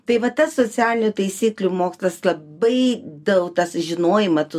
tai va tas socialinių taisyklių mokslas labai dau tas žinojimą tu